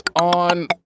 on